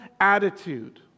attitude